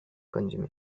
consuming